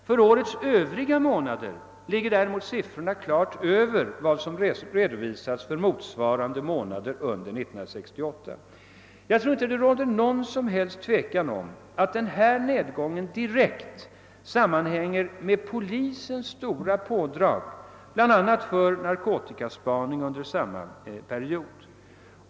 För årets övriga månader ligger däremot siffrorna klart över vad som redovisats för motsvarande månader under 1968. Jag tror inte det råder någon som helst tvekan om att denna nedgång direkt sammanhänger med polisens stora pådrag, bl.a. för narkotikaspaning under samma period.